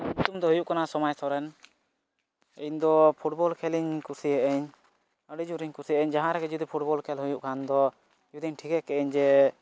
ᱤᱧᱟᱹᱜ ᱧᱩᱛᱩᱢ ᱫᱚ ᱦᱩᱭᱩᱜ ᱠᱟᱱᱟ ᱥᱚᱢᱟᱭ ᱥᱚᱨᱮᱱ ᱤᱧ ᱫᱚ ᱯᱷᱩᱴᱵᱚᱞ ᱠᱷᱮᱞᱤᱧ ᱠᱩᱥᱤᱟᱭᱟᱹᱜ ᱟᱹᱧ ᱟᱹᱰᱤᱡᱳᱨᱤᱧ ᱠᱩᱥᱤᱭᱟᱜᱼᱟᱹᱧ ᱡᱟᱦᱟᱸ ᱨᱮᱜᱮ ᱡᱩᱫᱤ ᱯᱷᱩᱴᱵᱚᱞ ᱠᱷᱮᱞ ᱦᱩᱭᱩᱜ ᱠᱷᱟᱱ ᱫᱚ ᱡᱩᱫᱤᱧ ᱴᱷᱤᱠᱟᱹ ᱠᱮᱜ ᱟᱹᱧ ᱡᱮ